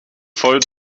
voll